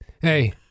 Hey